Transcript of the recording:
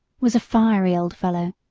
was a fiery old fellow,